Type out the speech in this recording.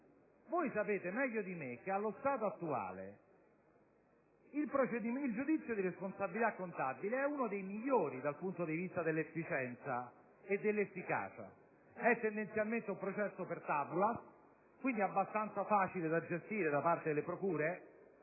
sapete meglio di me che, allo stato attuale, il giudizio di responsabilità contabile è uno dei migliori dal punto di vista dell'efficienza e dell'efficacia. È tendenzialmente un processo *per tabulas*, quindi abbastanza facile da gestire da parte delle procure